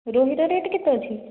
ରୋହିର rate କେତେ ଅଛି